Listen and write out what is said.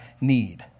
need